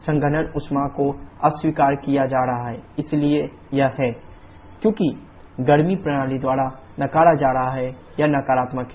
संघनन ऊष्मा को अस्वीकार किया जा रहा है इसलिए यह है q23 qC क्योंकि गर्मी प्रणाली द्वारा नकारा जा रहा है यह नकारात्मक है